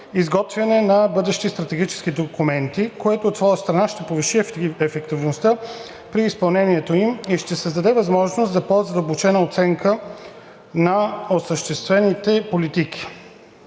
изготвяне на бъдещите стратегически документи, което от своя страна ще повиши ефективността при изпълнението им и ще създаде възможност за по-задълбочена оценка на осъществяваните политики.